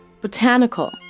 Botanical